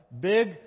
big